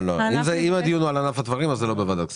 אם הדיון הוא על ענף התמרים אז הוא לא צריך להיערך בוועדת הכספים.